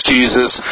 Jesus